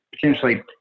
Potentially